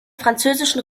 französischen